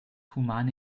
humane